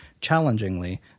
challengingly